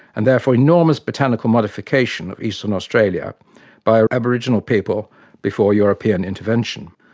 and therefore enormous botanical modification, of eastern australia by ah aboriginal people before european intervention.